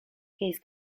his